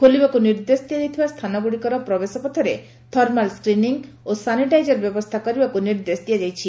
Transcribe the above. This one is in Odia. ଖୋଲିବାକୁ ନିର୍ଦ୍ଦେଶ ଦିଆଯାଇଥିବା ସ୍ଥାନଗୁଡ଼ିକର ପ୍ରବେଶପଥରେ ଥର୍ମାଲ ସ୍କ୍ରିନିଂ ଓ ସାନିଟାଇଜର ବ୍ୟବସ୍ଥା କରିବାକୁ ନିର୍ଦ୍ଦେଶ ଦିଆଯାଇଛି